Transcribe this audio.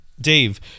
Dave